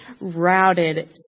routed